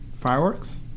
fireworks